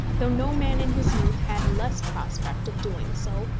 though no man in his youth had less prospect of doing so,